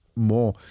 more